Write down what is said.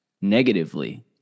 negatively